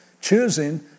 Choosing